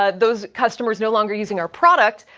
ah those customers no longer using our product,